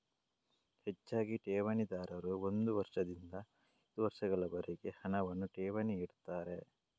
ಹೆಚ್ಚಾಗಿ ಠೇವಣಿದಾರರು ಒಂದು ವರ್ಷದಿಂದ ಐದು ವರ್ಷಗಳವರೆಗೆ ಹಣವನ್ನ ಠೇವಣಿ ಇಡ್ತಾರೆ